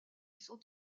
sont